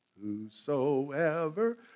Whosoever